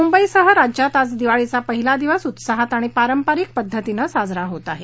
मुंबईसह राज्यात आज दिवाळीचा पहिला दिवस उत्साहात आणि पारंपारिक पद्धतीनं साजरा होत आहे